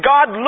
God